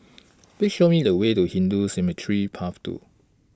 Please Show Me The Way to Hindu Cemetery Path two